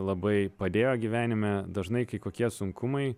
labai padėjo gyvenime dažnai kai kokie sunkumai